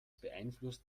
beeinflusst